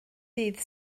dydd